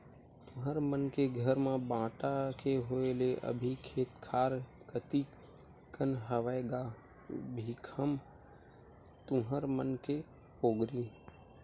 तुँहर मन के घर म बांटा के होय ले अभी खेत खार कतिक कन हवय गा भीखम तुँहर मन के पोगरी?